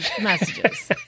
messages